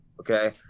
okay